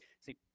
See